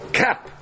cap